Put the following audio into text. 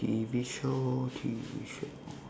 T_V show T_V show